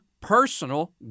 personal